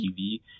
TV